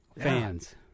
fans